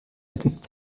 ergibt